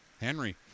Henry